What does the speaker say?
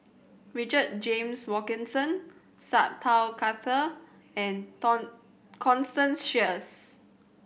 Richard James Wilkinson Sat Pal Khattar and Constance Sheares